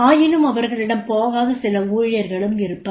ஆயினும் அவர்களிடம் போகாத சில ஊழியர்களும் இருப்பர்